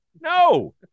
No